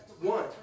One